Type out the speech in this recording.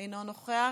אינו נוכח.